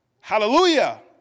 Hallelujah